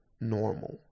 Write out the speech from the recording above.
normal